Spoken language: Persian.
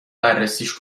بررسیش